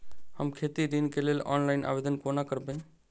हम खेती ऋण केँ लेल ऑनलाइन आवेदन कोना करबै?